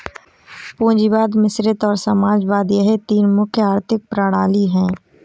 पूंजीवाद मिश्रित और समाजवाद यह तीन प्रमुख आर्थिक प्रणाली है